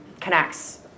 connects